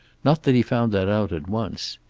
not that he found that out at once.